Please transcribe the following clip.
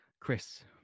Chris